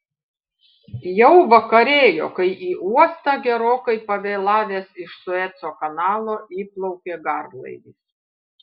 jau vakarėjo kai į uostą gerokai pavėlavęs iš sueco kanalo įplaukė garlaivis